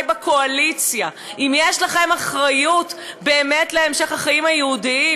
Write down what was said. בקואליציה: אם יש לכם אחריות באמת להמשך החיים היהודיים,